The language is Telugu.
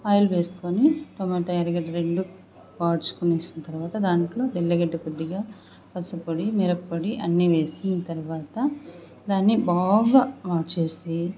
ఆయిల్ వేసుకొని టమోటా ఎర్రగడ్డ రెండు వాడ్చుకొనేసిన తరువాత దాంట్లో తెల్లగడ్డ కొద్దిగా పసుప్పొడి మిరప్పొడి అన్నీ వేసి తరువాత దాన్ని బాగా వాడ్చేసి